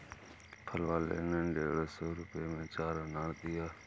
फल वाले ने डेढ़ सौ रुपए में चार अनार दिया